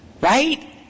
Right